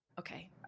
Okay